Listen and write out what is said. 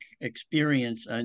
experience